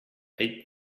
eight